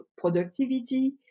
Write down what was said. productivity